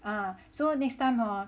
uh so next time la